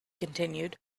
continued